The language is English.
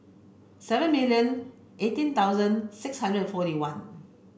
seven million eighteen thousand six hundred forty one